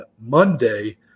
Monday